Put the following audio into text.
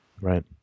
Right